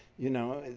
you know,